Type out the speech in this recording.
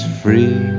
free